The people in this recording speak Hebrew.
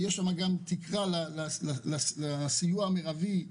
יש שם גם תקרה לסיוע המרבי,